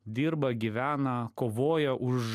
dirba gyvena kovoja už